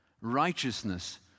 Righteousness